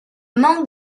manque